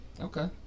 Okay